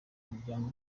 umuryango